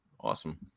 awesome